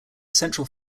central